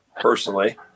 personally